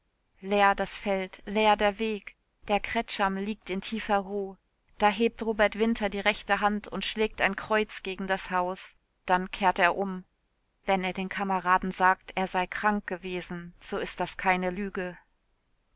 leer das feld leer der weg der kretscham liegt in tiefer ruh da hebt robert winter die rechte hand und schlägt ein kreuz gegen das haus dann kehrt er um wenn er den kameraden sagt er sei krank gewesen so ist das keine lüge